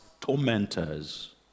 tormentors